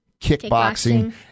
kickboxing